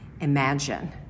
Imagine